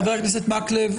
חבר הכנסת מקלב,